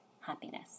happiness